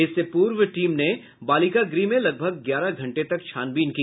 इससे पूर्व टीम ने बालिका गृह में लगभग ग्यारह घंटे तक छानबीन की